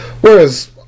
Whereas